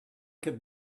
could